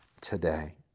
today